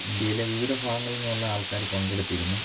ഇന്ത്യയിലെ വിവിധ ഭാഗങ്ങളില്നിന്നുള്ള ആള്ക്കാർ പങ്കെടുത്തിരുന്നു